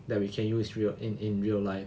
that we can use real in in real life